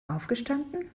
aufgestanden